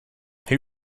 who